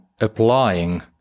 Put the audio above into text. applying